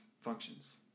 functions